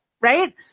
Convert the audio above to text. right